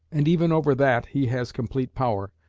and even over that he has complete power,